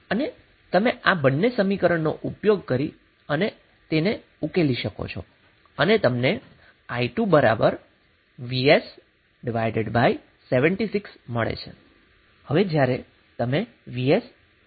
અને તમે આ બંને સમીકરણ નો ઉપયોગ કરી અને તેને ઉકેલી શકો છો અને તમને i2 vs76 મળે છે